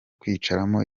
kwicaramo